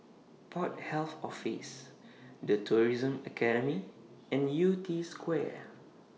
Port Health Office The Tourism Academy and Yew Tee Square